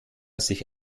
sich